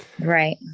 right